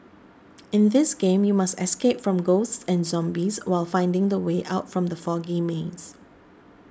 in this game you must escape from ghosts and zombies while finding the way out from the foggy maze